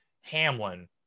Hamlin